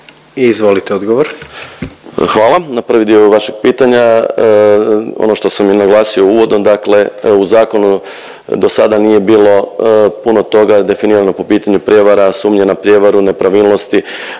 **Majdak, Tugomir** Hvala. Na prvi dio vašeg pitanja ono što sam i naglasio uvodno, dakle u zakonu dosada nije bilo puno toga definirano po pitanju prijevara, sumnje na prijevaru, nepravilnosti